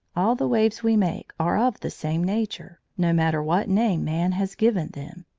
all the waves we make are of the same nature, no matter what names man has given them.